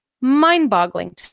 mind-boggling